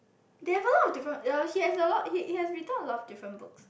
they have a lot of different yea he has a lot he he has written a lot of different books